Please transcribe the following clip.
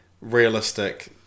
realistic